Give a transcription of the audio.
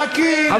סכין,